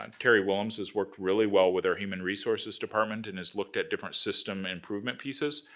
um teri willems has worked really well with our human resources department and has looked at different system improvement pieces.